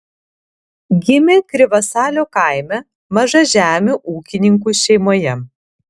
gimė krivasalio kaime mažažemių ūkininkų šeimoje